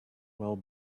well